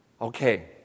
Okay